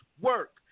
work